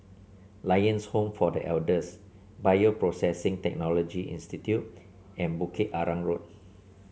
Lions Home for The Elders Bioprocessing Technology Institute and Bukit Arang Road